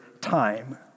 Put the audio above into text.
time